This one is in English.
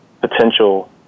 potential